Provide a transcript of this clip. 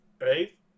right